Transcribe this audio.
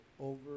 Over